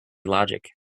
logic